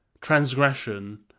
transgression